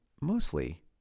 mostly